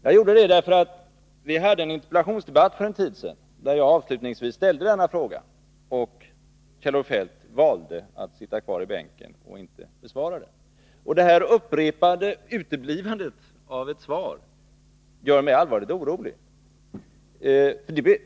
Jag gjorde det därför att vi hade en interpellationsdebatt för någon tid sedan, där jag avslutningsvis ställde denna fråga men Kjell-Olof Feldt valde att sitta kvar i bänken och inte svara. Detta upprepade uteblivande av ett svar gör mig allvarligt orolig.